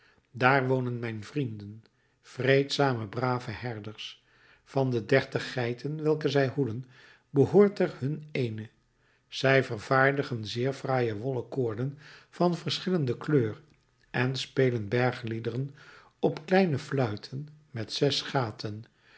daar wonen mijn vrienden vreedzame brave herders van de dertig geiten welke zij hoeden behoort er hun ééne zij vervaardigen zeer fraaie wollen koorden van verschillende kleur en spelen bergliederen op kleine fluiten met zes gaten